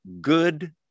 good